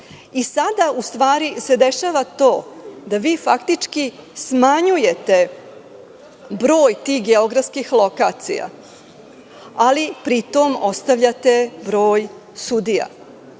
sada ustvari se dešava to da vi faktički smanjujete broj tih geografskih lokacija, ali pritom ostavljate broj sudija.